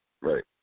Right